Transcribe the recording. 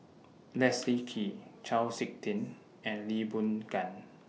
Leslie Kee Chau Sik Ting and Lee Boon Ngan